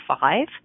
five